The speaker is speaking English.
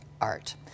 Art